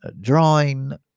drawing